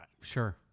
Sure